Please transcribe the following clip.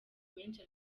menshi